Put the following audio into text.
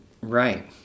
Right